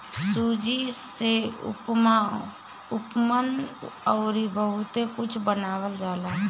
सूजी से उपमा, उत्तपम अउरी बहुते कुछ बनावल जाला